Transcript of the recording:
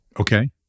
Okay